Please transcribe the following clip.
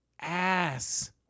ass